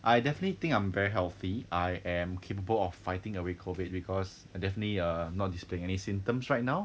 I definitely think I'm very healthy I am capable of fighting away COVID because definitely uh not displaying any symptoms right now